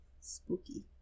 Spooky